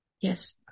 Yes